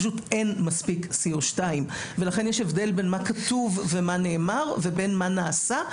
פשוט אין מספיק CO2 ולכן יש הבדל בין מה כתוב ומה נאמר לבין מה נעשה,